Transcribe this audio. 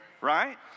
Right